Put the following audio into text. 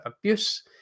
abuse